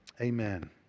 Amen